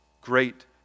great